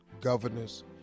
governors